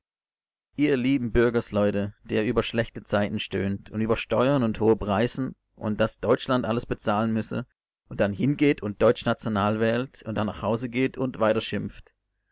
ihr lieben bürgersleute die ihr über schlechte zeiten stöhnt und über steuern und hohe preise und daß deutschland alles bezahlen müsse und dann hingeht und deutschnational wählt und dann nach hause geht und